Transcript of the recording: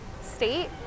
state